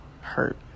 hurt